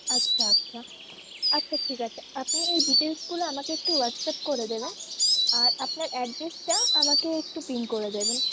আচ্ছা আচ্ছা আচ্ছা ঠিক আছে আপনি এই ডিটেলসগুলো আমাকে একটু হোয়াটসঅ্যাপ করে দেবেন আর আপনার অ্যাড্রেসটা আমাকে একটু পিং করে দেবেন